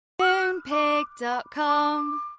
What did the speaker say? Moonpig.com